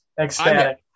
ecstatic